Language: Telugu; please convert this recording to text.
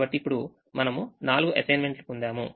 కాబట్టి ఇప్పుడు మనము 4అసైన్మెంట్లు పొందాము